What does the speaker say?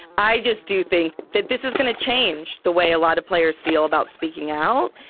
i just do think that this is gonna change the way a lot of players feel about speaking out.